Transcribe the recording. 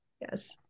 Yes